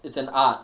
it's an art